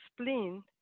spleen